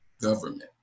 government